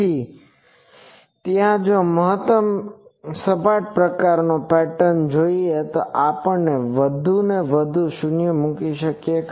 તેથી ત્યાં જો મને મહત્તમ સપાટ પ્રકારનો પેટર્ન જોઈએ તો આપણે વધુને વધુ શૂન્ય મૂકીએ